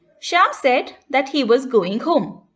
shyam said that he was going home.